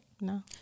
No